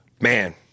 man